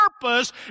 purpose